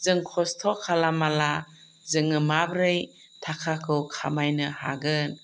जों खस्त' खालामाब्ला जोङो माबोरै थाखाखौ खामायनो हागोन